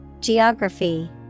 Geography